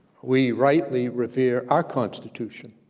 we rightly revere our constitution,